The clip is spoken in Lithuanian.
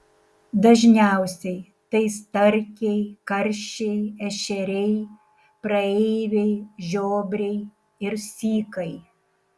dažniausiai tai starkiai karšiai ešeriai praeiviai žiobriai ir sykai